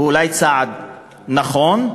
הוא אולי צעד נכון,